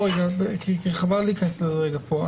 חבל להיכנס לזה פה.